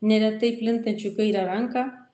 neretai plintančiu į kairę ranką